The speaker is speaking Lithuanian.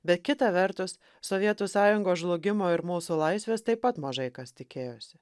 bet kita vertus sovietų sąjungos žlugimo ir mūsų laisvės taip pat mažai kas tikėjosi